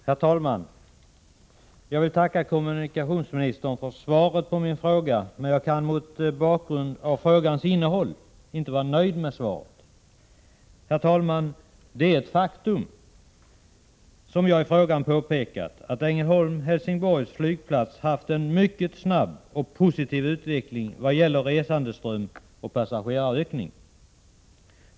Herr talman! Jag vill tacka kommunikationsmininistern för svaret på min fråga. Men jag kan, med tanke på svarets innehåll, inte vara nöjd med det. Det är ett faktum att, som jag i frågan har påpekat, Ängelholms/ Helsingborgs flygstation har haft en mycket snabb och positiv utveckling vad gäller resandeströmmen och passagerarantalet.